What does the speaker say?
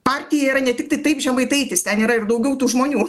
partija yra ne tik tiktai taip žemaitaitis ten yra ir daugiau tų žmonių